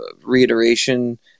reiteration